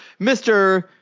Mr